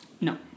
No